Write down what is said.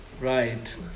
right